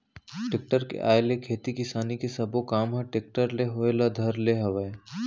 tractor के आए ले खेती किसानी के सबो काम ह टेक्टरे ले होय ल धर ले हवय